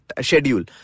schedule